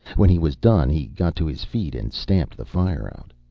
when he was done he got to his feet and stamped the fire out.